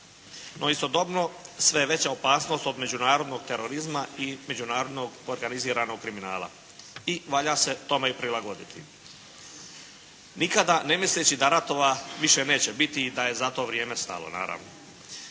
no istodobno sve je veća opasnost od međunarodnog terorizma i međunarodnog organiziranog kriminala, i valja se tome prilagoditi nikada ne misleći da ratova više neće biti i da je zato vrijeme stalno naravno.